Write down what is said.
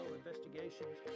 investigations